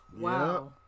Wow